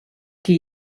qui